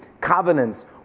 covenants